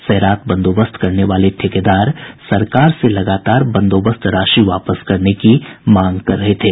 सैरात बंदोबस्त करने वाले ठेकेदार सरकार से लगातार बंदोबस्त राशि वापस करने की मांग कर रहे थे